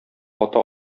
ата